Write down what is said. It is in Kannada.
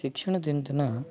ಶಿಕ್ಷಣದಿಂದ